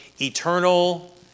eternal